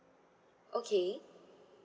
okay